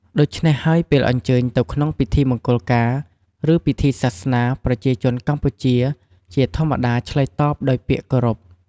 ដូច្នេះហើយ ពេលអញ្ជើញទៅក្នុងពិធីមង្គលការ ឬពិធីសាសនា ប្រជាជនកម្ពុជាជាធម្មតាឆ្លើយតបដោយពាក្យគោរព។